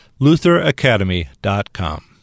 lutheracademy.com